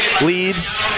leads